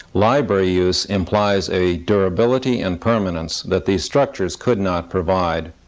library use implies a durability and permanence that these structures could not provide.